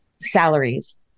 salaries